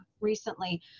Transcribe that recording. recently